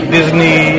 Disney